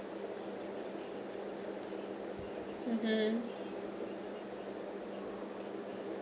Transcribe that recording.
mmhmm